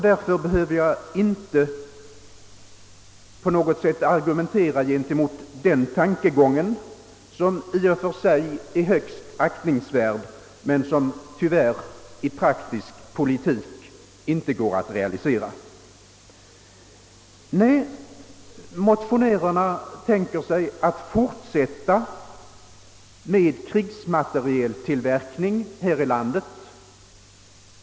Därför behöver jag inte argumentera mot den tankegången, som i och för sig är högst aktningsvärd men som tyvärr inte går att realisera i praktisk politik. Nej, motionärerna tänker sig att man skall fortsätta med krigsmaterieltillverkningen här i landet.